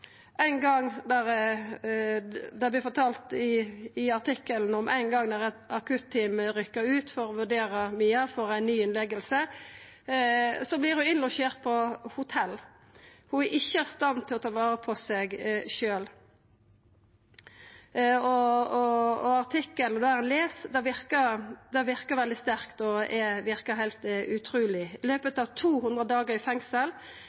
Det vert fortalt i artikkelen om ein gong da eit akutteam rykka ut for å vurdera Mia for ei ny innlegging – da vart ho innlosjert på hotell. Ho er ikkje i stand til å ta vare på seg sjølv. Det ein les i artikkelen, verkar veldig sterkt og heilt utruleg. I løpet av 200 dagar i fengsel